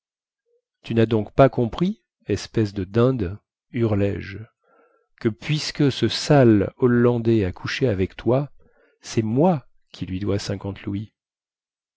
tu nas donc pas compris espèce de dinde hurlai je que puisque ce sale hollandais a couché avec toi cest moi qui lui dois cinquante louis